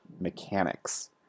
mechanics